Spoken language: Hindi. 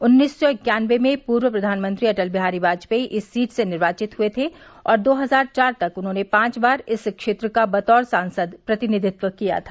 उन्नीस सौ इक्यानवे में पूर्व प्रधानमंत्री अटल बिहारी वाजपेई इस सीट से निर्वाचित हुए थे और दो हज़ार चार तक उन्होंने पांच बार इस क्षेत्र का बतौर सांसद प्रतिनिधित्व किया था